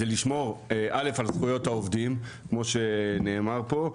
זה לשמור א' על זכויות העובדים כמו שנאמר פה,